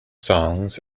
songs